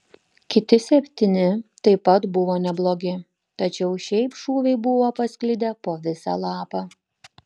kiti septyni taip pat buvo neblogi tačiau šiaip šūviai buvo pasklidę po visą lapą